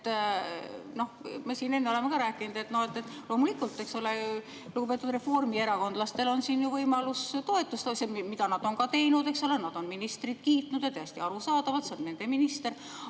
siin enne ka rääkinud, et loomulikult, eks ole, lugupeetud reformierakondlastel on siin võimalus toetust anda, mida nad on ka teinud, nad on ministrit kiitnud ja täiesti arusaadavalt, see on nende minister.